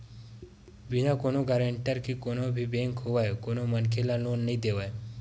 बिना कोनो गारेंटर के कोनो भी बेंक होवय कोनो मनखे ल लोन नइ देवय